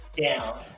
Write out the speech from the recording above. Down